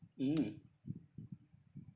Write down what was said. mm